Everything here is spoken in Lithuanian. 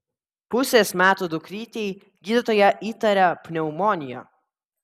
pusės metų dukrytei gydytoja įtaria pneumoniją